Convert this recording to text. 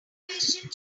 evaluation